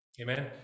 Amen